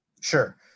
Sure